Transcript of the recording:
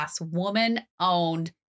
woman-owned